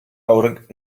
awr